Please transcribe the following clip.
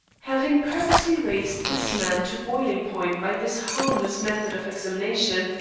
having purposely raised this man to boiling point by this harmless method of examination,